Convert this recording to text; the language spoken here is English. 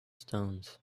stones